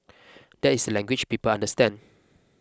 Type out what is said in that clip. that is the language people understand